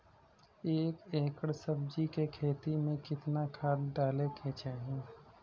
एक एकड़ सब्जी के खेती में कितना खाद डाले के चाही?